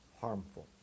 harmful